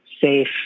safe